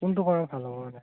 কোনটো কৰা ভাল হ'ব এনে